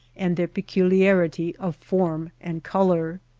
and their peculiarity of form and color.